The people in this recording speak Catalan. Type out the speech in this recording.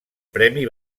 premi